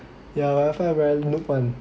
ya wifi very noob [one]